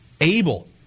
able